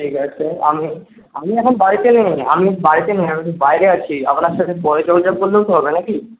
ঠিক আছে আমি আমি এখন বাড়িতে নেই আমি বাড়িতে নেই আমি একটু বাইরে আছি আপনার সাথে পরে যোগাযোগ করলেও তো হবে নাকি